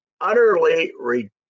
utterly